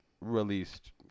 released